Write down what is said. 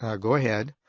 go ahead.